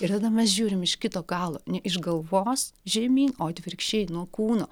ir tada mes žiūrim iš kito galo ne iš galvos žemyn o atvirkščiai nuo kūno